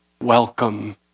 Welcome